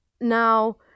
Now